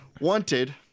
wanted